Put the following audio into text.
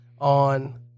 on